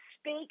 speak